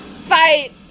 Fight